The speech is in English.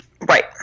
Right